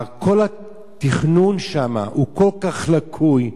כל התכנון שם הוא כל כך לקוי.